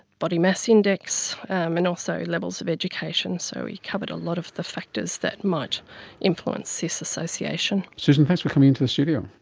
body mass index, and also levels of education. so we covered a lot of the factors that might influence this association. susan, thanks for coming in to the studio.